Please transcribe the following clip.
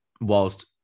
whilst